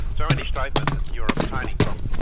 so any statement you're obtaining from,